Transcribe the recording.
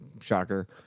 shocker